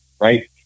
Right